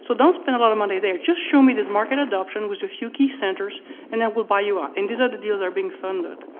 so don't spend a lot of money there. just show me this market adaption with a few key centers and that will buy you out. and these other deals are being funded.